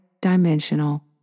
dimensional